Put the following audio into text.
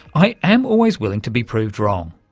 i am always willing to be proved wrong.